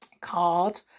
card